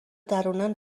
درونن